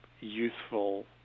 youthful